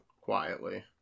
quietly